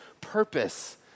purpose